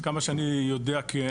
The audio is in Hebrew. עד כמה שאני יודע, כן.